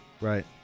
Right